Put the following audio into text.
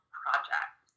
project